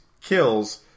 kills